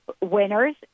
Winners